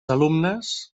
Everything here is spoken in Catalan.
alumnes